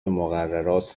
مقررات